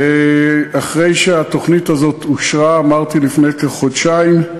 אחרי שהתוכנית הזאת אושרה, אמרתי, לפני כחודשיים.